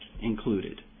included